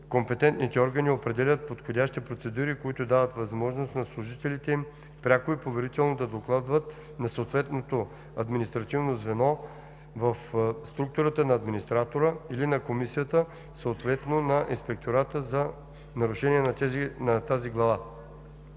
Компетентните органи определят подходящи процедури, които дават възможност на служителите им пряко и поверително да докладват на съответното административно звено в структурата на администратора или на комисията, съответно на инспектората за нарушения по тази глава.